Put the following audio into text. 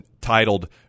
titled